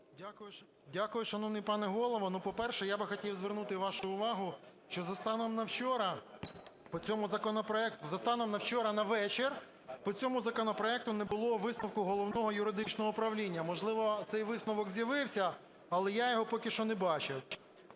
Дякую, шановний пане Голово. Ну, по-перше, я би хотів звернути вашу увагу, що за станом на вчора по цьому законопроекту… за станом на вчора на вечір по цьому законопроекту не було висновку Головного юридичного управління. Можливо, цей висновок з'явився, але я його поки що не бачив.